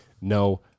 no